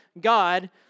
God